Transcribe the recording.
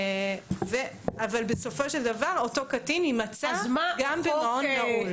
אבל בסופו של דבר, אותו קטין יימצא גם במעון נעול.